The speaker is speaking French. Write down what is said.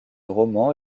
romans